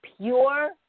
pure